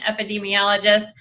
epidemiologist